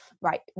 right